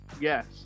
Yes